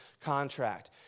contract